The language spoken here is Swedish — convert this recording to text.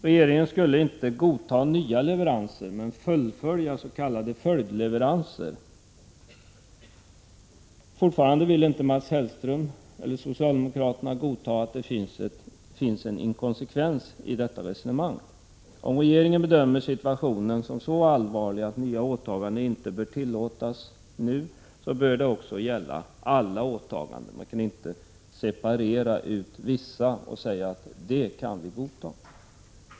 Regeringen skulle inte godta nya leveranser men fullfölja s.k. följdleveranser. Fortfarande vill inte Mats Hellström eller socialdemokraterna godta att det finns en inkonsekvens i detta resonemang. Om regeringen bedömer situationen som så allvarlig att nya åtaganden inte bör tillåtas nu bör det också gälla alla åtaganden. Man kan inte separera ut vissa och säga att vi kan godta dem.